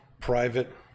private